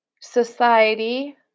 society